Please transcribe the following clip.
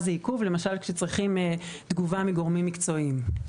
עיכוב זה למשל כאשר צריך תגובה מגורמים מקצועיים.